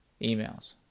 emails